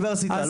לא באוניברסיטה,